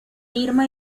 irma